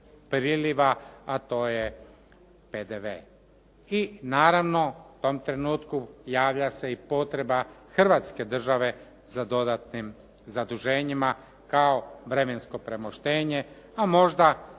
priliva, a to je PDV. I naravno, u tom trenutku javlja se i potreba Hrvatske države za dodatnim zaduženjima kao vremensko premoštenje, a možda